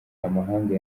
amahanga